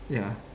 ya